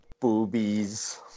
Boobies